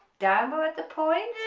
down bow at the point,